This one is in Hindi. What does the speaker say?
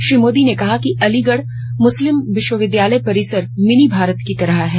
श्री मोदी ने कहा कि अलीगढ मुस्लिम विश्वविद्यालय परिसर मिनी भारत की तरह है